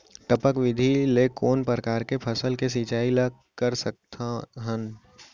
टपक विधि ले कोन परकार के फसल के सिंचाई कर सकत हन?